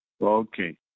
Okay